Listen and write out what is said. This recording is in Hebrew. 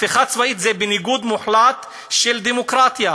הפיכה צבאית זה ניגוד מוחלט של דמוקרטיה.